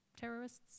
terrorists